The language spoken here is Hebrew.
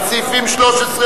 על סעיף 13,